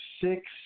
six